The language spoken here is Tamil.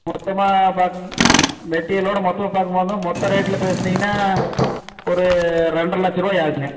மொத்தமாக பார்க்கும் மெட்டீரியலோடு மொத்தமாக பார்க்கும்போது மொத்தம் ரேட்டில் பேசுனீங்கன்னா ஒரு ரெண்டரை லட்சம்ருவாய் ஆகும்ங்க